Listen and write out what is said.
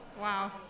Wow